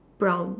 brown